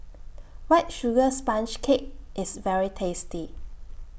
White Sugar Sponge Cake IS very tasty